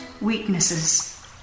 weaknesses